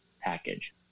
package